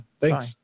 thanks